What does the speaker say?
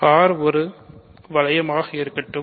R ஒரு வளையமாக இருக்கட்டும்